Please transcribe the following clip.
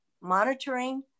monitoring